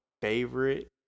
favorite